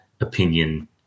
opinion